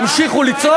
לעם ישראל אתם